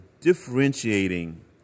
differentiating